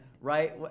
right